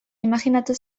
imajinatu